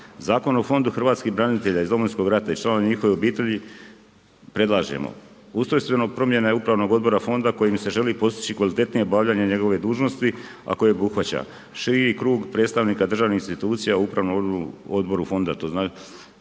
Zakon o Fondu hrvatskih branitelja iz Domovinskog rata i članova njihovih obitelji predlažemo: ustrojstveno promjene upravnog odbora Fonda kojim se želi postići kvalitetnije obavljanje njegove dužnosti a koji obuhvaća širi krug predstavnika državnih institucija u upravnom odboru Fonda,